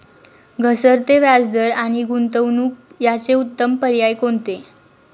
घसरते व्याजदर आणि गुंतवणूक याचे उत्तम पर्याय कोणते?